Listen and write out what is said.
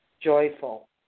joyful